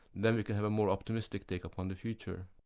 then we can have a more optimistic take-up on the future.